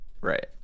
Right